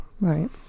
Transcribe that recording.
Right